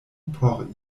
por